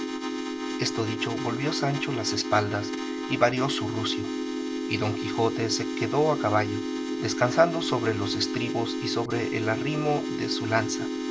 esto dicho volvió sancho las espaldas y vareó su rucio y don quijote se quedó a caballo descansando sobre los estribos y sobre el arrimo de su lanza